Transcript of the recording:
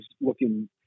looking